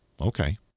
okay